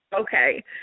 Okay